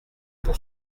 pour